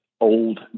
old